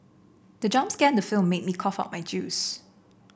the jump scan the film made me cough out my juice